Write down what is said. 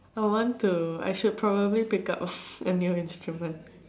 I want to I feel probably pick up a new instrument